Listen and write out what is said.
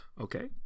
Okay